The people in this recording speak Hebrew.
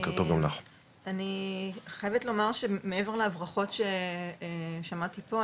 אני חייבת לומר שמעבר להברחות ששמעתי פה,